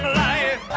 life